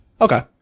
Okay